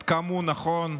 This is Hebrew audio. עד כמה הוא נכון.